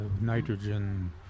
nitrogen